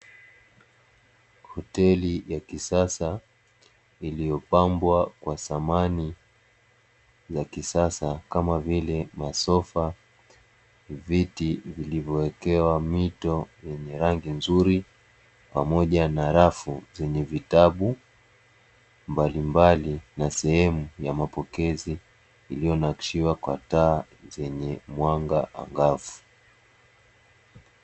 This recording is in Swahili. Hoteli ya kisasa iliyopangwa kwa samani ya kisasa kama vile masofa, viti vilivyowekewa mito yenye rangi nzuri pamoja na rafu zenye vitabu mbalimbali na sehemu ya mapokezi iliyonakshiwa kwa taa zenye mwanga angavu.